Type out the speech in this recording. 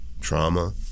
trauma